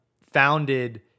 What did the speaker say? founded